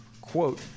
quote